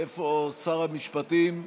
איפה שר המשפטים?